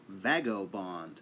vagobond